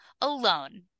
Alone